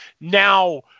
now